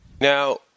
Now